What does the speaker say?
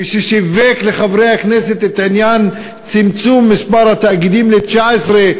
כששיווק לחברי הכנסת את עניין צמצום מספר התאגידים ל-19,